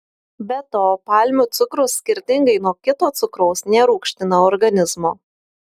be to palmių cukrus skirtingai nuo kito cukraus nerūgština organizmo